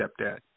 stepdad